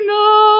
no